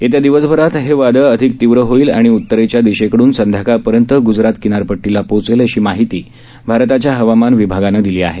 येत्या दिवसभरात या वादळ अधिक तीव्र होईल आणि उतरेच्या दिशेकडून संध्याकाळपर्यंत गूजरात किनारपट्टीला पोचेल अशी माहती भारताच्या हवामान विभागानं दिली आहे